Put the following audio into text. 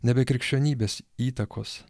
ne be krikščionybės įtakos